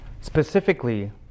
Specifically